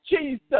Jesus